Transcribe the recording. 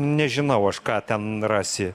nežinau aš ką ten rasi